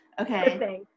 okay